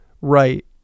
right